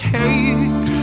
take